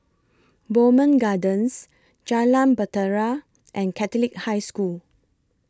Bowmont Gardens Jalan Bahtera and Catholic High School